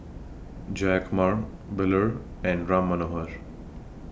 Jayakumar Bellur and Ram Manohar She